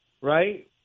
right